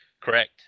Correct